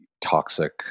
toxic